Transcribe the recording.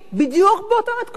בדיוק באותה מתכונת,